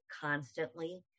constantly